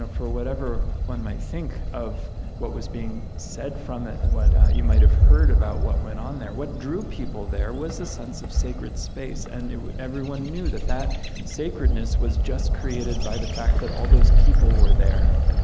ah for whatever one might think of what was being said from it and what you might have heard about what went on there, what drew people there was the sense of sacred space. and everyone knew that that sacredness was just created by the fact that all those people were there,